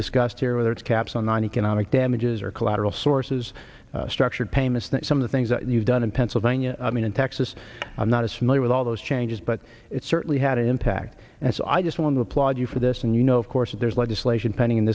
discussed here whether it's caps on non economic damages or collateral sources structured payments that some of the things that you've done in pennsylvania i mean in texas i'm not as familiar with all those changes but it certainly had an impact and so i just well in the applaud you for this and you know of course there's legislation pending in